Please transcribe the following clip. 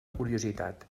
curiositat